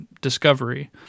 Discovery